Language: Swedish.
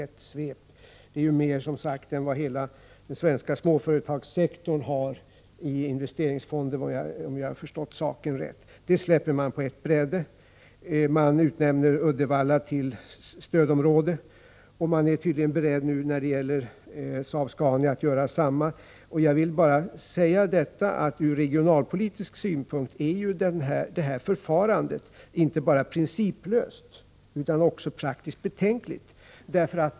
Det är som sagt mera, om jag har förstått saken rätt, än vad hela den svenska småföretagssektorn har i investeringsfonder. Det släpps alltså direkt, och man utnämner Uddevalla till stödområde. Nu är man tydligen beredd att göra detsamma när det gäller Saab-Scania. Från regionalpolitisk synpunkt är emellertid detta förfarande inte bara principlöst utan också praktiskt betänkligt.